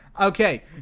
Okay